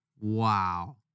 Wow